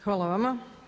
Hvala vama.